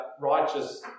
righteous